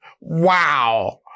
Wow